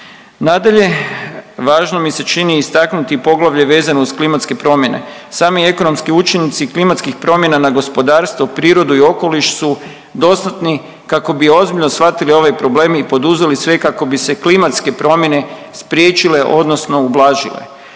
Nadalje, važno mi se čini istaknuti i poglavlje vezano uz klimatske promjene. Sami ekonomski učinci klimatskih promjena na gospodarstvo, prirodu i okoliš su dostatni kako bi ozbiljno shvatili ovaj problem i poduzeli sve kako bi se klimatske promjene spriječile odnosno ublažile.